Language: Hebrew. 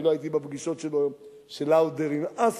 אני לא הייתי בפגישות של לאודר עם אסד,